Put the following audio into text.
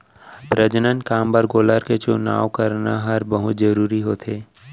प्रजनन काम बर गोलर के चुनाव करना हर बहुत जरूरी होथे